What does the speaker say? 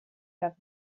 have